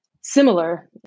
similar